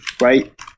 right